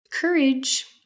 courage